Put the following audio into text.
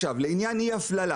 לעניין אי הפללה